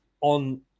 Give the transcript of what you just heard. on